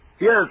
Yes